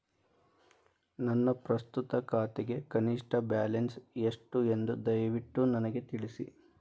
ನನ್ನ ಪ್ರಸ್ತುತ ಖಾತೆಗೆ ಕನಿಷ್ಟ ಬ್ಯಾಲೆನ್ಸ್ ಎಷ್ಟು ಎಂದು ದಯವಿಟ್ಟು ನನಗೆ ತಿಳಿಸಿ